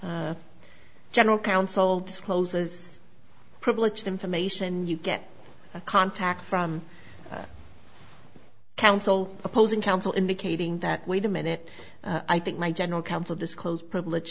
general counsel discloses privileged information you get a contact from counsel opposing counsel indicating that wait a minute i think my general counsel disclose privilege